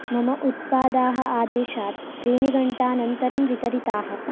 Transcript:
मम उत्पादाः आदेशात् त्रीणि घण्टानन्तरं वितरिताः